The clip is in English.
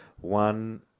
One